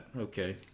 Okay